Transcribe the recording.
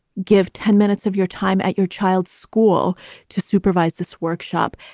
give ten minutes of your time at your child's school to supervise this workshop,